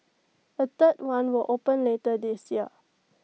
A third one will open later this year